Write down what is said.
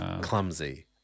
clumsy